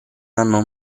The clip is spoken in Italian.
hanno